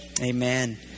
Amen